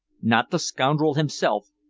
not the scoundrel himself,